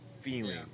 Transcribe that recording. feeling